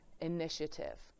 initiative